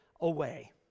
away